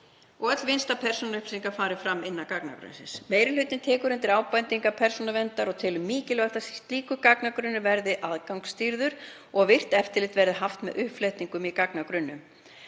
að öll vinnsla persónuupplýsinga fari fram innan þess gagnagrunns. Meiri hlutinn tekur undir ábendingar Persónuverndar og telur mikilvægt að slíkur gagnagrunnur verði aðgangsstýrður og að virkt eftirlit verði haft með uppflettingum í gagnagrunninum.